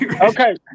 Okay